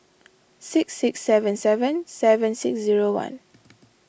six six seven seven seven six zero one